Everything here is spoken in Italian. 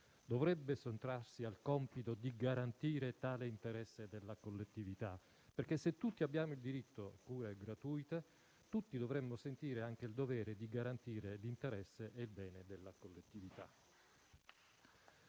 dovrebbe sottrarsi al compito di garantire tale interesse della collettività, perché, se tutti abbiamo il diritto a cure gratuite, tutti dovremmo sentire anche il dovere di garantire l'interesse e il bene della collettività.